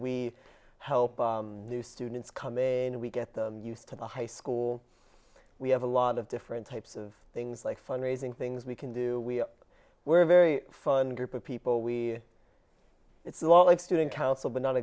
we help new students coming and we get them used to the high school we have a lot of different types of things like fund raising things we can do we were a very fun group of people we it's a lot like student council but not